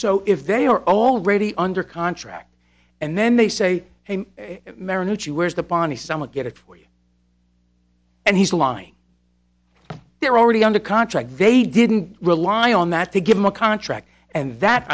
so if they are already under contract and then they say mariucci where's the pani someone get it for you and he's lying there already under contract they didn't rely on that to give him a contract and that